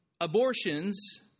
abortions